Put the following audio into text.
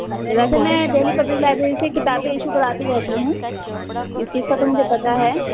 اچھا ویسے میں دہلی پبلک لائبریری سے کتابیں ایشو کراتی رہتی ہوں اس چیز کا تو مجھے پتا ہے